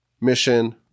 mission